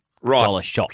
Right